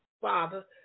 Father